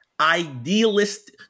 idealist